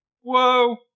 Whoa